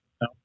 No